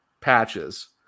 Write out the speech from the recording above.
patches